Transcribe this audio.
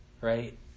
right